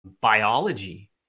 biology